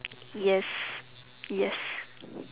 yes yes